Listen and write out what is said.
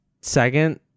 second